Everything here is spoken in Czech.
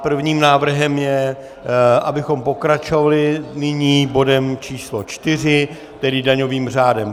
Prvním návrhem je, abychom pokračovali nyní bodem č. 4, tedy daňovým řádem.